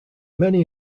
many